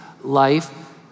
life